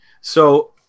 So-